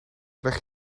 leg